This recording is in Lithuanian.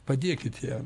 padėkit ją